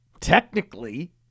Technically